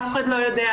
אף אחד לא יודע,